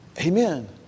Amen